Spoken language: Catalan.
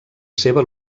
seva